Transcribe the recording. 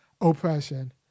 oppression